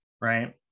Right